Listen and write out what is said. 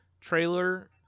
trailer